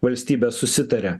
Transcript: valstybės susitaria